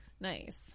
Nice